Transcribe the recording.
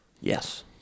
Yes